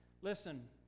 Listen